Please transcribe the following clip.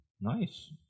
Nice